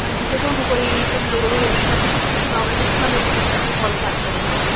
ਹਾਂਜੀ ਜੇ ਤੁਹਾਨੂੰ ਕੋਈ ਲੋੜ ਹੋਵੇ ਜਾਂ ਕੁਛ ਵੀ ਪੁੱਛਣਾ ਹੋਵੇ ਤੁਸੀਂ ਸਾਨੂੰ ਇਸ ਨੰਬਰ 'ਤੇ ਕਾਲ ਕਰ ਸਕਦੇ ਹੋ